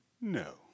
No